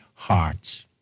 hearts